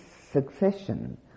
succession